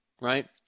right